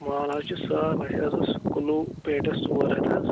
مال حظ چھُ صاف اَسہِ حظ اوس کُلوٗ پیٹیس ژور ہَتھ حظ